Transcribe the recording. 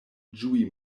ĝui